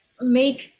make